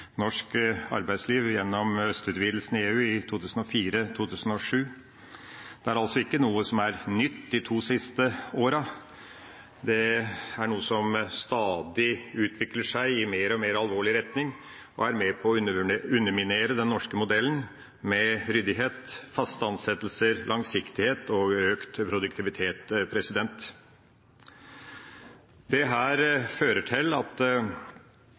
norsk arbeidsliv gjennom østutvidelsen av EU i 2004–2007. Det er altså ikke noe som er nytt de to siste åra, det er noe som stadig utvikler seg, i mer og mer alvorlig retning, og er med på å underminere den norske modellen med ryddighet, faste ansettelser, langsiktighet og økt produktivitet. Dette fører til at